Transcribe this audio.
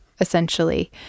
essentially